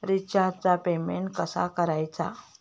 रिचार्जचा पेमेंट कसा करायचा?